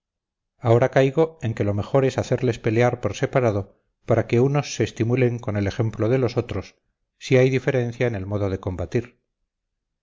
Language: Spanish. ahora caigo en que lo mejor es hacerles pelear por separado para que unos se estimulen con el ejemplo de los otros si hay diferencia en el modo de combatir